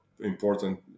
important